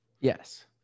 Yes